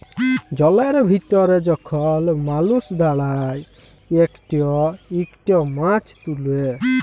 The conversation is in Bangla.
জলের ভিতরে যখল মালুস দাঁড়ায় ইকট ইকট মাছ তুলে